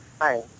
Hi